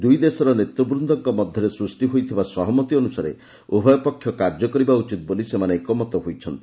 ଦୁଇ ଦେଶର ନେତୃବୃନ୍ଦଙ୍କ ମଧ୍ୟରେ ସୃଷ୍ଟି ହୋଇଥିବା ସହମତି ଅନୁସାରେ ଉଭୟ ପକ୍ଷ କାର୍ଯ୍ୟ କରିବା ଉଚିତ୍ ବୋଲି ସେମାନେ ଏକମତ ହୋଇଛନ୍ତି